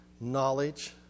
knowledge